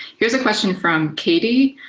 here's a question from katie.